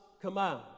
command